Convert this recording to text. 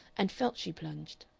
and felt she plunged.